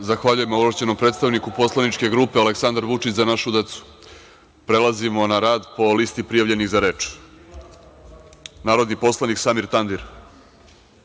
Zahvaljujem ovlašćenom predstavniku poslaničke grupe „Aleksandar Vučić – Za našu decu“.Prelazimo na rad po listi prijavljenih za reč. Reč ima, narodni poslanik Samir Tandir.